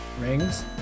rings